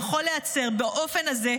יכול להיעצר באופן הזה,